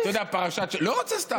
אתה יודע, פרשת, לא רוצה סתם.